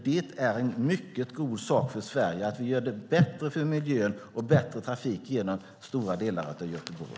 Det är en mycket god sak för Sverige att vi gör det bättre för miljön och bättre för trafiken genom stora delar av Göteborg.